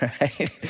right